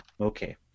Okay